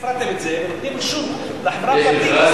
אתם כן מתערבים, כי אתם הפרטתם את זה ואתם נותנים